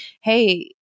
hey